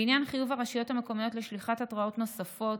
בעניין חיוב הרשויות המקומיות לשליחת התראות נוספות,